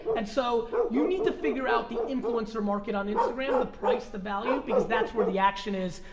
and so, you need to figure out the influencer market on instagram, the price, the value, because that's where the action is,